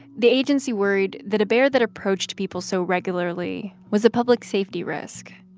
the agency worried that a bear that approached people so regularly was a public safety risk.